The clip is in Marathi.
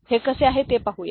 हे कसे आहे ते पाहूया